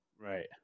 Right